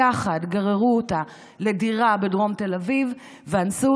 גררו אותה ביחד לדירה בדרום תל אביב ואנסו